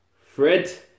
Fred